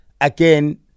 again